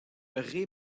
ray